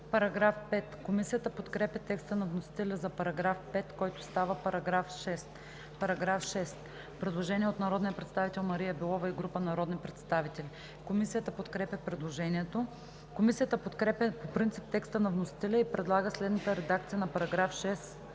БЕЛОВА: Комисията подкрепя текста на вносителя за § 5, който става § 6. По § 6 има направено предложение от народния представител Мария Белова и група народни представители. Комисията подкрепя предложението. Комисията подкрепя по принцип текста на вносителя и предлага следната редакция на § 6,